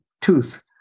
tooth